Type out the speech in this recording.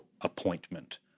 appointment